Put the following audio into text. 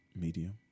Medium